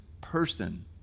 person